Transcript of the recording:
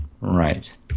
Right